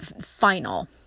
final